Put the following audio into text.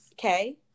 Okay